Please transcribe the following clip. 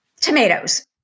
Tomatoes